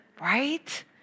Right